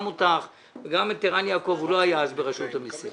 גם את מירי וגם את ערן יעקב שאז לא היה ברשות המסים.